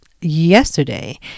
yesterday